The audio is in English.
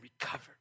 recovered